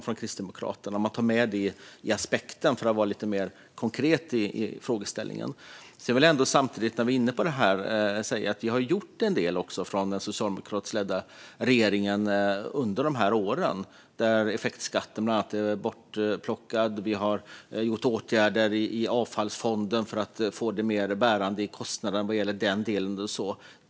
För att vara lite mer konkret i frågeställningen: Tar man med den aspekten när man ser på detta? Jag vill samtidigt, när vi är inne på det här, säga att vi har gjort en del från den socialdemokratiskt ledda regeringen under de här åren. Effektskatten är bortplockad, och vi har gjort åtgärder i avfallsfonden för att få det mer bärande i kostnaden vad gäller den delen.